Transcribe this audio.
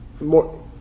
more